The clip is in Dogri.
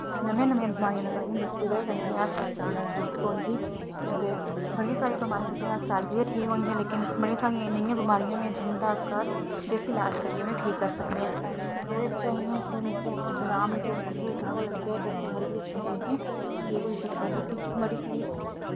नमियां नमियां बमारियां लग्गा दि'यां जिसदी बजह कन्नै उ'नें हस्पताल जाने दी जरूरत पौंदी ते बड़ियां सरियां बमारियां जेह्कियां हस्पताल गै ठीक होंदियां लेकिन बड़ियां सारियां नेहियां बमारियां बी हैन जिं'दा अस घर देसी लाज करियै उ'ने ठीक करि सकने आं जेह्दे बिच इ'यां थोह्ड़ी निक्की मोटी जकाम लग्गी जा कुसैई खंघ लग्गी जा ओह् ' घर वि अपने जेह्के ठीक होई सकदा लेकिन बड़ी सारी